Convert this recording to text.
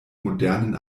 modernen